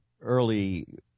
early